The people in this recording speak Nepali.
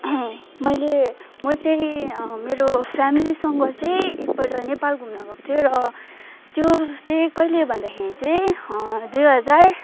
मैले म चाहिँ मेरो फेमेलीसँग चाहिँ एकपल्ट नेपाल घुम्नु गएको थिएँ र त्यो चाहिँ कैले भन्दाखेरि चाहिँ दुई हजार